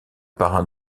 parrain